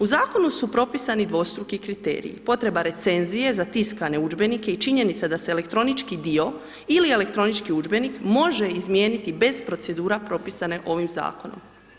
U Zakonu su propisani dvostruki kriteriji, potreba recenzije za tiskane udžbenike i činjenica da se elektronički dio ili elektronički udžbenik može izmijeniti bez procedura propisane ovim Zakonom.